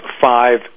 five